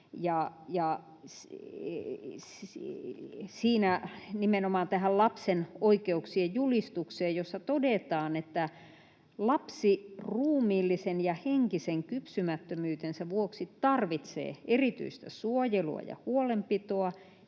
siinä nimenomaan tähän lapsen oikeuksien julistukseen, jossa todetaan, että lapsi ruumiillisen ja henkisen kypsymättömyytensä vuoksi tarvitsee erityistä suojelua ja huolenpitoa,